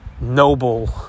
noble